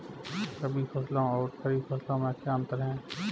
रबी फसलों और खरीफ फसलों में क्या अंतर है?